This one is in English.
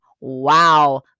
Wow